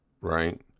right